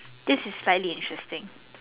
this is slightly interesting